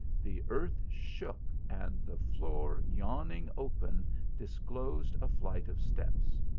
the earth shook, and the floor yawning open disclosed a flight of steps.